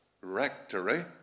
rectory